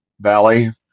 Valley